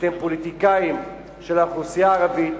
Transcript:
אתם פוליטיקאים של האוכלוסייה הערבית,